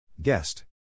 Guest